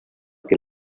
que